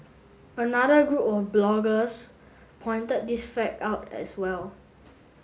another group of bloggers pointed this fact out as well